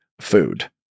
food